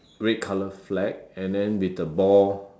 red colour flag and then with the ball